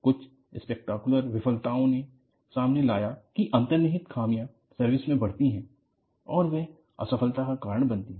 कुछ स्पेक्टाकुलर विफलताओं ने सामने लाया है की अंतर्निहित खामियाँ सर्विस में बढ़ती हैं और वह असफलता का कारण बनती हैं